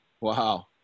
Wow